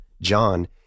John